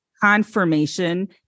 confirmation